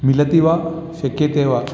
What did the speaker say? मिलति वा शक्यते वा